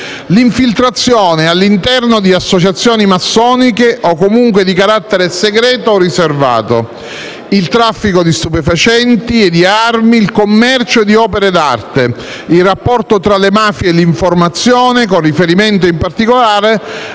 l'infiltrazione all'interno di associazioni massoniche o comunque di carattere segreto o riservato, il traffico di stupefacenti e di armi, il commercio di opere d'arte, il rapporto tra le mafie e l'informazione, con riferimento in particolare